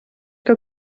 que